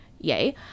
yay